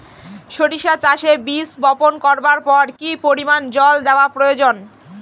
সরিষা চাষে বীজ বপন করবার পর কি পরিমাণ জল দেওয়া প্রয়োজন?